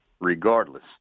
regardless